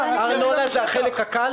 עוד לא קיבלנו את ההחלטה.